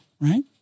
right